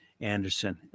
Anderson